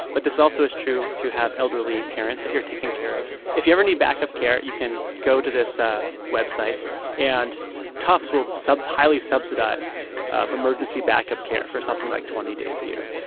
but this also is true if you have elderly parents that you're taking care of. if you ever need backup care, you can go to this ah website and tufts will highly subsidize emergency backup care for something, like, twenty days a year.